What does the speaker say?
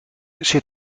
zit